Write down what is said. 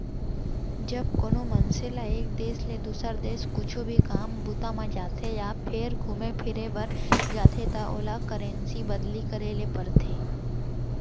जब कोनो मनसे ल एक देस ले दुसर देस कुछु भी काम बूता म जाथे या फेर घुमे फिरे बर जाथे त ओला करेंसी बदली करे ल परथे